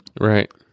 Right